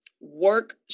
work